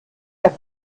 der